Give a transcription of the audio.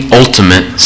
ultimate